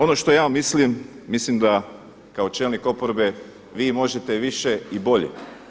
Ono što ja mislim, mislim da kao čelnik oporbe vi možete više i bolje.